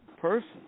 person